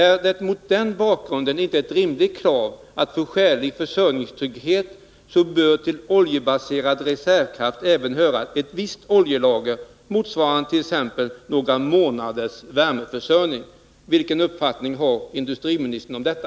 Är det mot denna bakgrund och med hänsyn till skälig försörjningstrygghet inte ett rimligt krav att till oljebaserad reservkraft hör ett visst oljelager, motsvarande t.ex. några månaders värmeförsörjning? Vilken uppfattning har industriministern om detta?